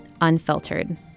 Unfiltered